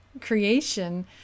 creation